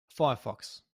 firefox